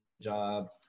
job